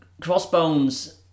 Crossbones